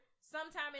Sometime